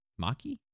Maki